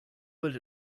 but